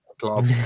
club